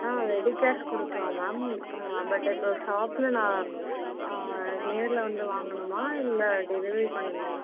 ஆ ready cash கொடுக்குறோம் ma'am but இப்போ ஷாப்பில் நான் நேரில் வந்து வாங்கணுமா இல்லை டெலிவரி பண்ணுவீங்களா